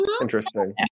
Interesting